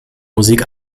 musik